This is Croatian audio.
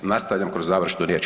Nastavljam kroz završnu riječ.